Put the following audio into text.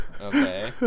Okay